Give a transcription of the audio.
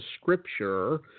scripture